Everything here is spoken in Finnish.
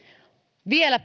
vielä